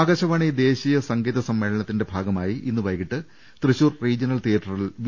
ആകാശവാണി ദേശീയ സംഗീത സമ്മേളനത്തിന്റെ ഭാഗമായി ഇന്ന് വൈകീട്ട് തൃശൂർ റീജിയണൽ തിയ്യേറ്ററിൽ വി